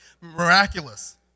Miraculous